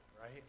right